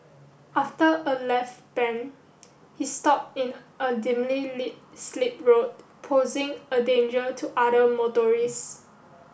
after a left bend he stopped in a dimly lit slip road posing a danger to other motorists